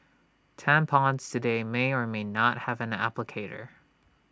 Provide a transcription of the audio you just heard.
tampons today may or may not have an applicator